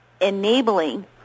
enabling